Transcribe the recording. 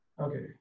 Okay